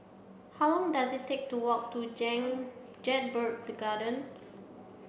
how long does it take to walk to Jedburgh the Gardens